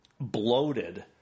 bloated